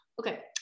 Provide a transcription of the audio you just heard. Okay